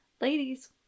Ladies